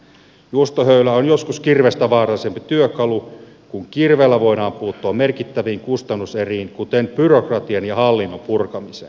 juustohöylä on joskus kirvestä vaarallisempi työkalu kun kirveellä voidaan puuttua merkittäviin kustannuseriin kuten byrokratian ja hallinnon purkamiseen